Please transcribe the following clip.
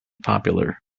popular